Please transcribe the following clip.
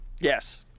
Yes